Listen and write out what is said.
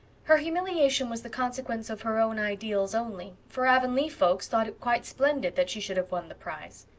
her humiliation was the consequence of her own ideals only, for avonlea folks thought it quite splendid that she should have won the prize.